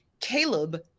Caleb